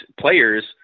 players